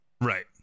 right